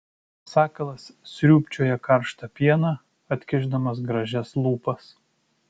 sakalas sriūbčioja karštą pieną atkišdamas gražias lūpas